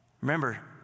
Remember